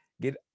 Get